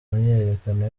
myiyerekano